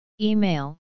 Email